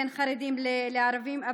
בין חרדים לערבים,